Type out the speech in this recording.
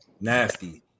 Nasty